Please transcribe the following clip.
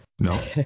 No